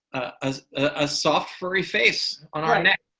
ah a soft furry face on our necks.